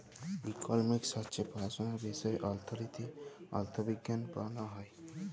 economics হছে পড়াশুলার বিষয় অথ্থলিতি, অথ্থবিজ্ঞাল পড়াল হ্যয়